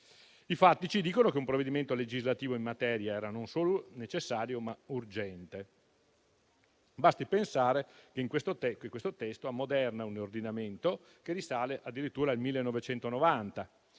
I fatti ci dicono che un provvedimento legislativo in materia era non solo necessario, ma urgente. Basti pensare che questo testo ammoderna un ordinamento che risale addirittura al 1990.